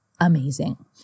Amazing